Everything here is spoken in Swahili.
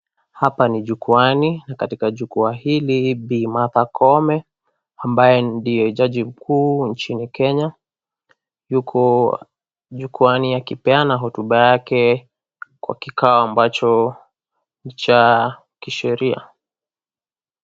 Hapa ni jukuani na katika jukwaa hili Bi. Martha Koome, ambaye ndiye jaji mkuu nchini kenya, yuko jukwaani akipeana hotuba yake kwa kikao ambacho ni cha sheria.